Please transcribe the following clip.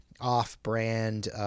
off-brand